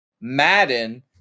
Madden